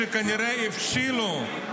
שכנראה הבשילו,